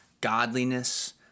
Godliness